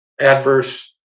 adverse